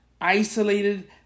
isolated